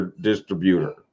Distributor